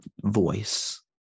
voice